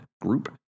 group